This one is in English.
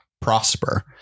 prosper